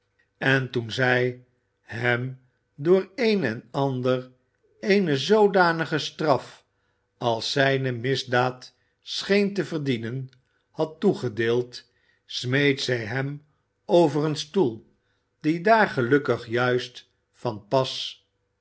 en toen zij hem door een en ander eene zoodanige straf a's zijne misdaad scheen te verdienen had toegedeeld smeet zij hem over een stoel die daar gelukkig juist van pas